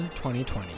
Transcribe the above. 2020